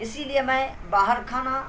اسی لیے میں باہر کھانا